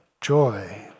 joy